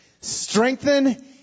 strengthen